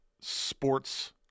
sports